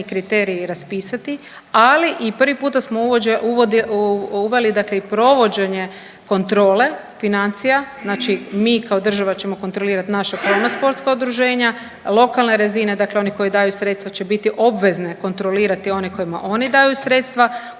kriteriji raspisati, ali i prvi puta smo uveli dakle i provođenje kontrole, financija, znači mi kao država ćemo kontrolirati naša krovna sportska udruženja, lokalna razina dakle oni koji daju sredstava će biti obvezne kontrolirati one kojima oni daju sredstva,